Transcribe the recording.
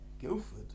Guildford